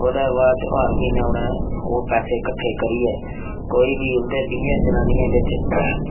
ओह्दे बाद च हर म्हीनै उ'नें ओह् पैसे कट्ठे करियै कोई बी उं'दे बीहें जनानियें बिच